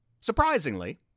Surprisingly